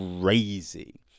Crazy